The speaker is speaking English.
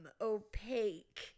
opaque